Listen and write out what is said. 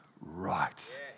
right